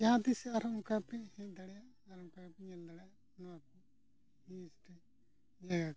ᱡᱟᱦᱟᱸ ᱛᱤᱸᱥ ᱟᱨᱦᱚᱸ ᱚᱱᱠᱟ ᱯᱮ ᱦᱮᱡ ᱫᱟᱲᱮᱭᱟᱜᱼᱟ ᱟᱨ ᱚᱱᱠᱟ ᱜᱮᱯᱮ ᱧᱮᱞ ᱫᱟᱲᱮᱭᱟᱜᱼᱟ ᱱᱚᱣᱟ ᱠᱚ ᱡᱟᱭᱜᱟ ᱠᱚ